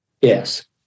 Yes